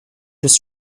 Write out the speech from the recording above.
was